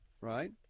Right